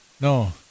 No